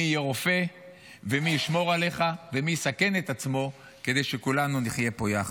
מי יהיה רופא ומי ישמור עליך ומי יסכן את עצמו כדי שכולנו נחיה פה יחד?